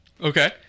Okay